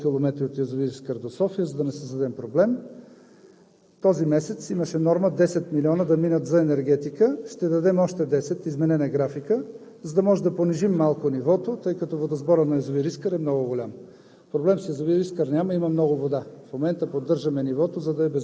връзка със Столична община да обезопасят трасето, което е много километри – от язовир „Искър“ до София, за да не създадем проблем. Този месец имаше норма 10 милиона да минат за енергетика, ще дадем още 10. Изменен е графикът, за да понижим малко нивото на язовир „Искър“, тъй като водосборът е много голям.